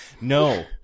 no